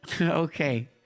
Okay